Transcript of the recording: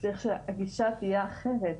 צריך שהגישה תהיה אחרת.